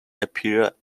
appear